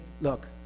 look